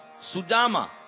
Sudama